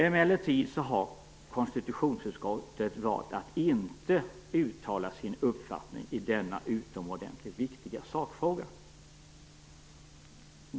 Emellertid har konstitutionsutskottet valt att inte uttala sin uppfattning i denna utomordentligt viktiga sakfråga.